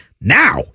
now